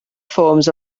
forms